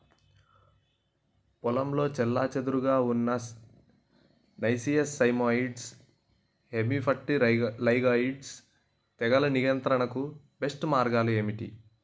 పొలంలో చెల్లాచెదురుగా ఉన్న నైసియస్ సైమోయిడ్స్ హెమిప్టెరా లైగేయిడే తెగులు నియంత్రణకు బెస్ట్ మార్గాలు ఏమిటి?